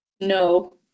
no